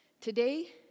Today